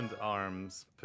Arms